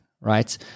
right